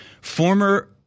former